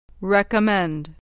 recommend